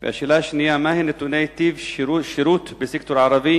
2. מהם נתוני טיב שירות בסקטור הערבי